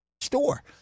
store